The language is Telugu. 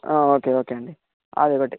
ఓకే ఓకే అండి అదొకటి